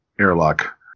airlock